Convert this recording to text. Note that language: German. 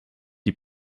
die